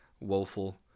woeful